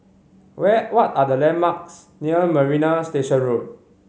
where what are the landmarks near Marina Station Road